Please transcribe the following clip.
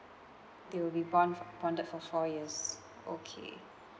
they will bond bonded for four years okay